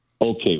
Okay